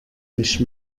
mich